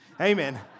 Amen